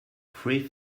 three